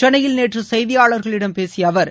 சென்னையில் நேற்று செய்தியாளர்களிடம் பேசிய அவர்